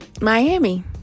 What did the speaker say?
Miami